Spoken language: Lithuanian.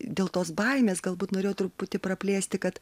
dėl tos baimės galbūt norėjau truputį praplėsti kad